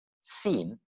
seen